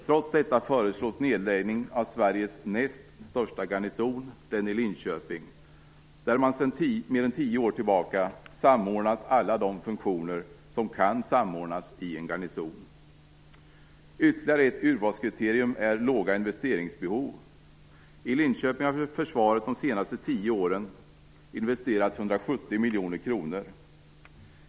Trots detta föreslås nedläggning av Sveriges näst största garnison, den i Linköping, där man sedan mer än tio år tillbaka samordnat alla funktioner som kan samordnas i en garnison. Ytterligare ett urvalskriterium är låga investeringsbehov. I Linköping har försvaret under de senaste tio åren investerat 170 miljoner kronor.